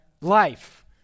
life